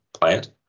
plant